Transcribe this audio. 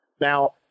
Now